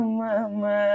mama